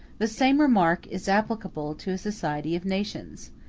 the same remark is applicable to a society of nations.